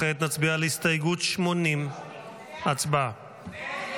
כעת נצביע על הסתייגות 80. הצבעה.